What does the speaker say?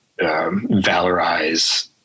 valorize